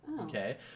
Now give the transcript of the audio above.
Okay